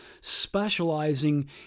specializing